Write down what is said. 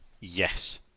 Yes